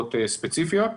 עסקאות ספציפיות.